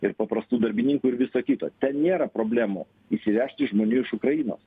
ir paprastų darbininkų ir visa kita ten nėra problemų įsivežti žmonių iš ukrainos